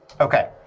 Okay